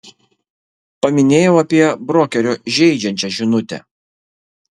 paminėjau apie brokerio žeidžiančią žinutę